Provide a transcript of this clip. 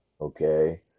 okay